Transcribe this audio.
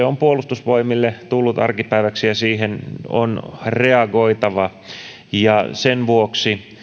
on puolustusvoimille tullut arkipäiväksi ja siihen on reagoitava sen vuoksi